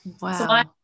Wow